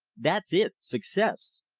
that's it success!